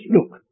Look